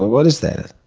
what is that?